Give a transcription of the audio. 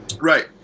right